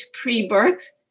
pre-birth